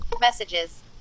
messages